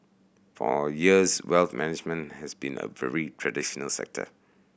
for years wealth management has been a very traditional sector